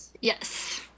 yes